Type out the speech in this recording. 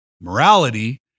morality